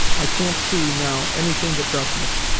i can't see, now, anything but darkness.